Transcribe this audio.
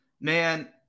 Man